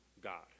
God